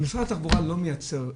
משרד התחבורה לא מייצר התקנים.